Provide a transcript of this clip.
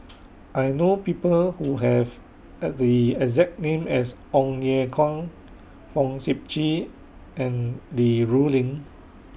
I know People Who Have At The exact name as Ong Ye Kung Fong Sip Chee and Li Rulin